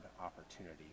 opportunity